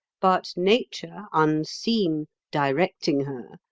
but nature, unseen, directing her,